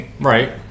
right